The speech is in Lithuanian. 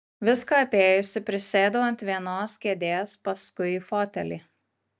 viską apėjusi prisėdau ant vienos kėdės paskui į fotelį